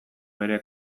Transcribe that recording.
bere